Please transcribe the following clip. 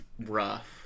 rough